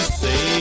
say